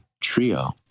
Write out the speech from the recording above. trio